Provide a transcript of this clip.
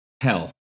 hell